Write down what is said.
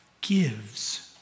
gives